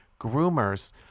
groomers